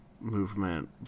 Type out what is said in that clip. movement